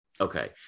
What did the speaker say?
Okay